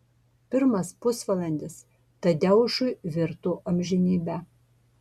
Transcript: pirmas pusvalandis tadeušui virto amžinybe